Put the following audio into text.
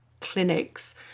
clinics